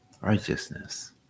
righteousness